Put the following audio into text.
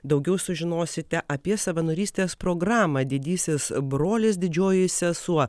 daugiau sužinosite apie savanorystės programą didysis brolis didžioji sesuo